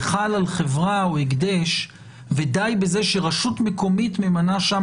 זה חל על חברה או על הקדש ודי בזה שרשות מקומית ממנה שם